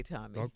Tommy